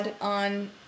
on